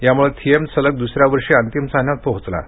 यामुळं थिएम सलग द्सऱ्या वर्षी अंतिम सामन्यात पोहोचला आहे